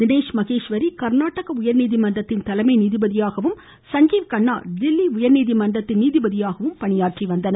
தினேஷ் மகேஸ்வரி கா்நாடக உயா் நீதிமன்றத்தின் தலைமை நீதிபதியாகவும் சஞ்சீவ் கன்னா தில்லி உயர் நீதிமன்றத்தின் நீதிபதியாகவும் பணியாற்றி வந்தனர்